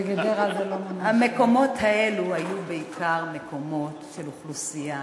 וגדרה זה לא ממש --- המקומות האלה היו בעיקר מקומות של אוכלוסייה